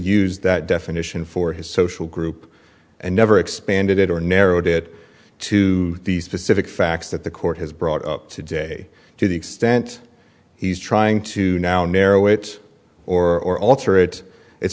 use that definition for his social group and never expanded it or narrowed it to the specific facts that the court has brought up today to the extent he's trying to now narrow it or alter it it's